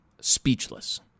speechless